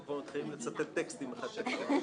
כבר מתחילים לצטט את הטקסטים של אחד לשני.